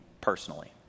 personally